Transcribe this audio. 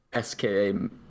SKA